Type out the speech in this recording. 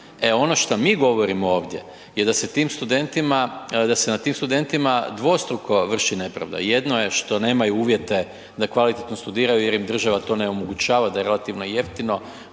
ono što mi govorimo ovdje je da se nad tim studentima dvostruko vrši nepravda. Jedno je što nemaju uvjete da kvalitetno studiraju jer im država to ne omogućava, da je relativno jeftino